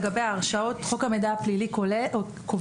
לגבי ההרשעות חוק המידע הפלילי קובע